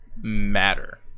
matter